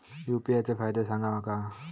UPI चे फायदे सांगा माका?